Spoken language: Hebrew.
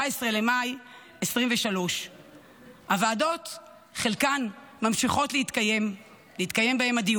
במאי 2024. חלק מהוועדות ממשיכות לקיים דיונים,